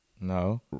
No